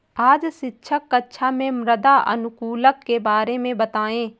आज शिक्षक कक्षा में मृदा अनुकूलक के बारे में बताएं